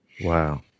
Wow